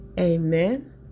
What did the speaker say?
Amen